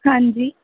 ਹਾਂਜੀ